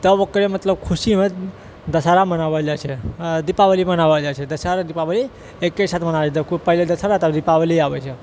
तब ओकरे मतलब खुशीमे दशहरा मनाओल जाइत छै आ दीपावली मनाओल जाइत छै दशहारा दीपावली एके साथ पहिले दशहारा तब दीपावली आबैत छै